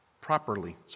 properly